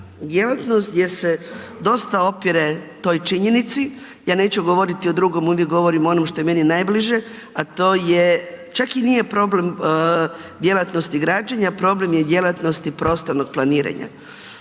djelatnost gdje se dosta opire toj činjenici, ja neću govoriti o drugom, uvijek govorim o onom što je meni najbliže, a to je, čak i nije problem djelatnosti građenja, problem je djelatnosti prostornog planiranja.